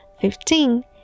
fifteen